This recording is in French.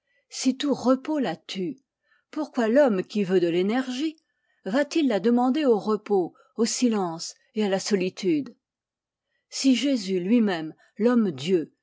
si tout repos la tue pourquoi l'homme qui veut de l'énergie va-t-il la demander au repos au silence et à la solitude si jésus lui-même